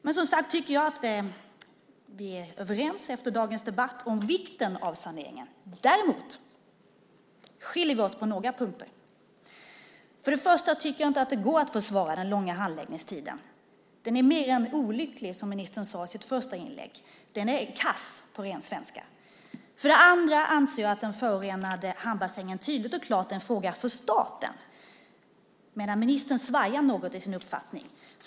Men som sagt, jag tycker att vi är överens efter dagens debatt om vikten av saneringen. Däremot skiljer vi oss på några punkter. För det första tycker jag inte att det går att försvara den långa handläggningstiden. Den är mer än bara olycklig, som ministern sade i sitt första inlägg - den är kass, på ren svenska. För det andra anser jag att den förorenade hamnbassängen tydligt och klart är en fråga för staten, medan ministern svajar något i sin uppfattning.